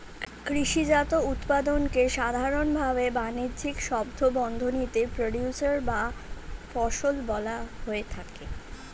কৃষিজাত উৎপাদনকে সাধারনভাবে বানিজ্যিক শব্দবন্ধনীতে প্রোডিউসর বা ফসল বলা হয়ে থাকে